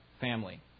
family